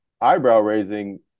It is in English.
eyebrow-raising